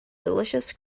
delicious